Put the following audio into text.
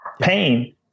Pain